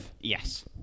Yes